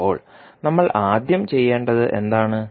ഇപ്പോൾ നമ്മൾ ആദ്യം ചെയ്യേണ്ടത് എന്താണ്